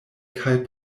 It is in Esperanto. kaj